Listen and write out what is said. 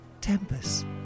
Tempest